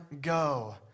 go